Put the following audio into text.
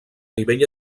nivell